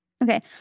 Okay